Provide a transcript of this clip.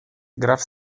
graf